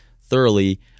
thoroughly